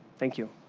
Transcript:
thank you.